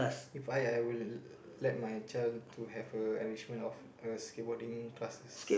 If I I will let my child to have a enrichment of a skate boarding classes